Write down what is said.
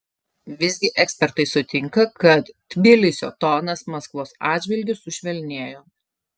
visgi ekspertai sutinka kad tbilisio tonas maskvos atžvilgiu sušvelnėjo